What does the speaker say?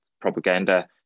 propaganda